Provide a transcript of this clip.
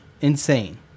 insane